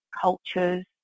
cultures